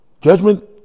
Judgment